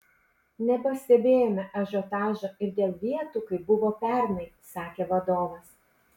nepastebėjome ažiotažo ir dėl vietų kaip buvo pernai sakė vadovas